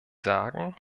sagen